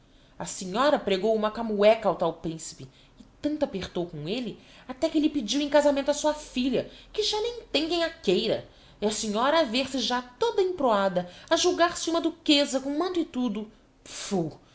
a senhora pregou uma camoéca ao tal principe e tanto apertou com elle até que lhe pediu em casamento a sua filha que já nem tem quem a queira e a senhora a ver-se já toda emproada a julgar se uma duquêsa com manto e tudo